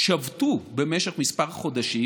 שבתו במשך כמה חודשים